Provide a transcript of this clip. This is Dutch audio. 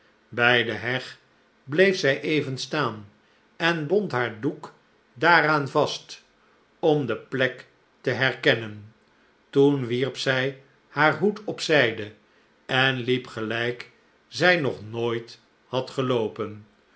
bij de heg bleef zij eyen staan en bond haar doek daaraan vast om de plek te herkennen toen wierp zij haar hoed op zijde en liep gelijk zij nog nooit had geloopen